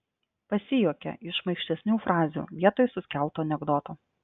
pasijuokia iš šmaikštesnių frazių vietoj suskelto anekdoto